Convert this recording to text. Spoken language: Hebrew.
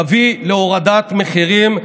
ותביא להורדת מחירים,